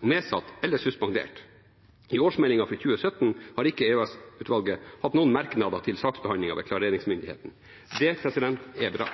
nedsatt eller suspendert. I årsmeldingen for 2017 har ikke EOS-utvalget hatt noen merknader til saksbehandlingen ved klareringsmyndigheten. Det er bra.